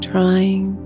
Trying